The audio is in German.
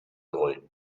rollen